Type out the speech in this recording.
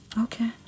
okay